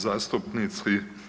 zastupnici.